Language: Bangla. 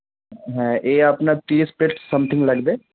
হ্যাঁ এই আপনার তিরিশ প্লেট সামথিং লাগবে